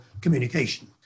communication